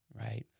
right